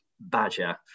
badger